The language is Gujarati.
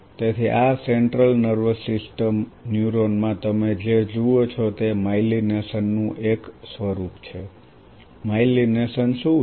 તેથી આ સેન્ટ્રલ નર્વસ સિસ્ટમ ન્યુરોનમાં તમે જે જુઓ છો તે માયલિનેશન નું એક સ્વરૂપ છે માયલિનેશન શું છે